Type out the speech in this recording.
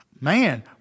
Man